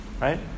right